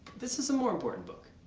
this is a more important book.